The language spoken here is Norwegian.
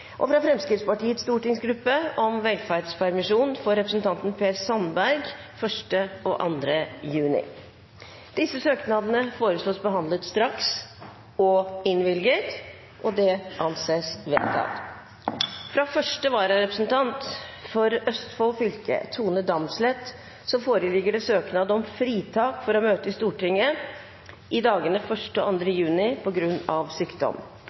juni fra Fremskrittspartiets stortingsgruppe om velferdspermisjon for representanten Per Sandberg 1. og 2. juni Disse søknader foreslås behandlet straks og innvilget. – Det anses vedtatt. Fra første vararepresentant for Østfold fylke, Tone Damsleth, foreligger det søknad om fritak for å møte i Stortinget i dagene 1. og 2. juni på grunn av sykdom